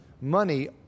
money